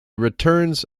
returns